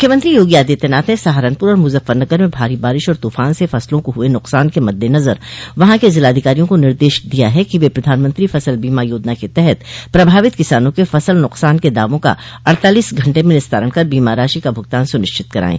मुख्यमंत्री योगी आदित्यनाथ ने सहारनपुर और मुजफ्फरनगर में भारी बारिश और तूफान से फसलों को हुए नुकसान के मद्देनज़र वहां के ज़िलाधिकारियों को निर्देश दिया है कि वे प्रधानमंत्री फसल बीमा योजना के तहत प्रभावित किसानों के फसल नुकसान के दावों का अड़तालीस घंटे में निस्तारण कर बीमा राशि का भुगतान सुनिश्चित करायें